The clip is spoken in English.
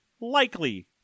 likely